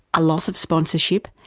a loss of sponsorship,